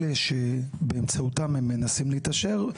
אלה שבאמצעותם הם מנסים להתעשר,